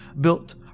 built